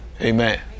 Amen